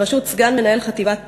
בראשות סגן מנהל חטיבת פיתוח,